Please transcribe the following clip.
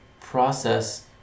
process